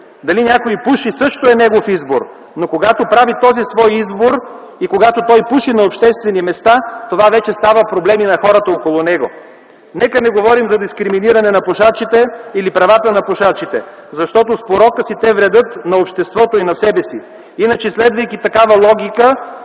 Дали някой пуши, също е негов избор, но когато прави този свой избор и когато пуши на обществени места, това вече става проблем и на хората около него. Нека не говорим за дискриминиране на пушачите или правата на пушачите, защото с порока си те вредят на обществото и на себе си, иначе, следвайки такава логика,